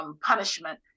punishment